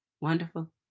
Wonderful